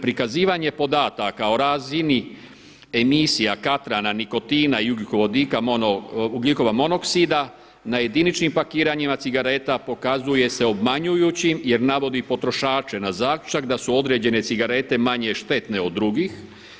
Prikazivanje podataka o razini emisija katrana, nikotina i ugljikova monoksida na jediničnim pakiranjima cigareta pokazuje se obmanjujućim jer navodi potrošače na zaključak da su određene cigarete manje štetne od drugih.